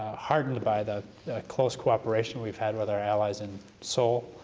hardened by the close cooperation we've had with our allies in seoul.